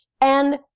And-